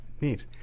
neat